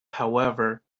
however